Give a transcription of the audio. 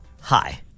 Hi